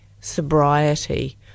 sobriety